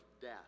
death